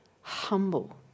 Humble